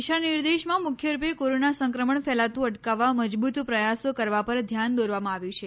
દિશા નિર્દેશમાં મુખ્યરૂપે કોરોના સંક્રમણ ફેલાતું અટકાવવા મજબુત પ્રયાસો કરવા પર ધ્યાન દોરવામાં આવ્યું છે